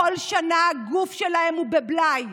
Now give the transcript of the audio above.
כל שנה הגוף שלהן הוא בבלאי.